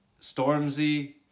Stormzy